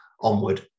onward